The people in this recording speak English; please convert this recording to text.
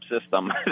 system